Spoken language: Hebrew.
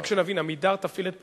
רק שנבין, "עמידר" תפעיל את "פרזות"?